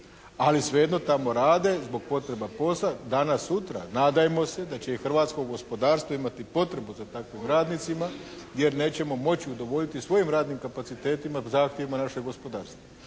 Ali svejedno tamo rade zbog potreba posla. Danas sutra nadajmo se da će i hrvatsko gospodarstvo imati potrebu za takvim radnicima jer nećemo moći udovoljiti svojim radnim kapacitetima, zahtjevima našeg gospodarstva.